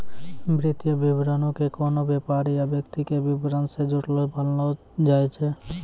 वित्तीय विवरणो के कोनो व्यापार या व्यक्ति के विबरण से जुड़लो मानलो जाय छै